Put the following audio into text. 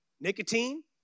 nicotine